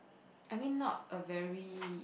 I mean not a very